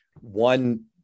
one